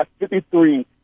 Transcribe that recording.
53